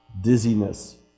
dizziness